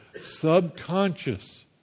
subconscious